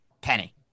Penny